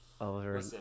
over